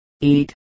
eat